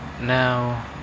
Now